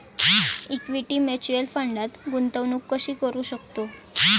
Equity mutual फंडात गुंतवणूक कशी करू शकतो?